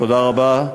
תודה רבה.